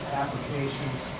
applications